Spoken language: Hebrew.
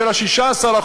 של ה-16%,